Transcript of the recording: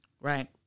Right